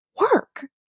work